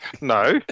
No